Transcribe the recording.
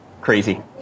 crazy